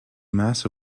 mass